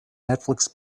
netflix